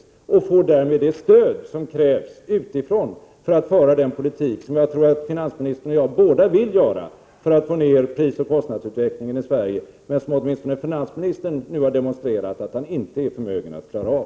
Därmed får man det stöd som krävs utifrån för att föra den politik som jag tror att både finansministern och jag vill föra för att få ned prisoch kostnadsutvecklingen i Sverige, en utveckling som åtminstone finansministern nu har demonstrerat att han inte är förmögen att klara av.